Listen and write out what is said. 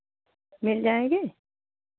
मिल जाएंगे